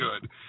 good